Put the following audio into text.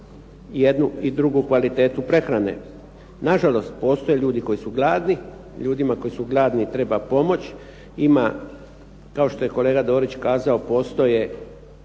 jednu i drugu kvalitetu prehrane. Nažalost postoje koji su gladni, ljudima koji su gladni treba pomoći. Ima kao što je kolega Dorić kazao, postoje